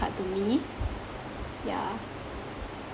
to me yeah